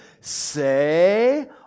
say